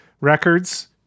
Records